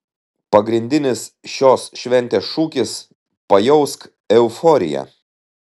pagrindinis šios šventės šūkis pajausk euforiją